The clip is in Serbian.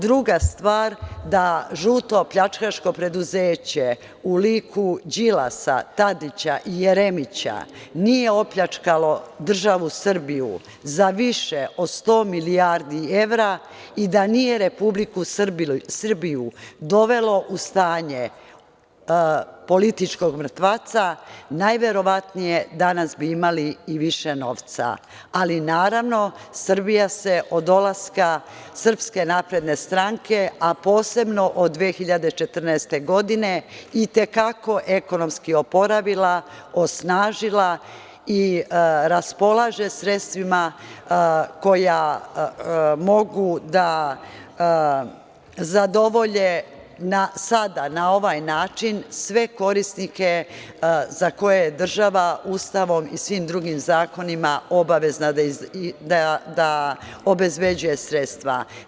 Druga stvar, da žuto pljačkaško preduzeće u liku Đilasa, Tadića i Jeremića nije opljačkalo državu Srbiju za više od sto milijardi evra i da nije Republiku Srbiju dovelo u stanje političkog mrtvaca, najverovatnije danas bi imali i više novca, ali Srbija se od dolaska SNS, a posebno od 2014. godine, i te kako ekonomski oporavila, osnažila i raspolaže sredstvima koja mogu da zadovolje sada na ovaj način sve korisnike za koje država Ustavom i svim drugim zakonima obavezna da obezbeđuje sredstva.